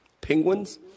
Penguins